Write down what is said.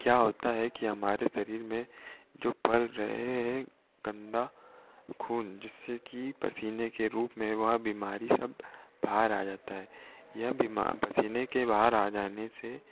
क्या होता है कि हमारे शरीर में जो पल रहे हैं गन्दा खून जिससे कि पसीने के रूप में वह बीमारी सब बाहर आ जाता है यह बीमा पसीने के बाहर आ जाने से